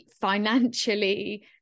financially